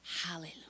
Hallelujah